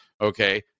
okay